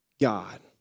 God